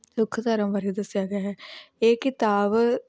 ਸਿੱਖ ਧਰਮ ਬਾਰੇ ਦੱਸਿਆ ਗਿਆ ਹੈ ਇਹ ਕਿਤਾਬ